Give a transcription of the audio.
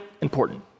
important